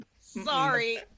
Sorry